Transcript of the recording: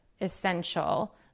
essential